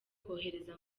kohereza